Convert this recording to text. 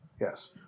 Yes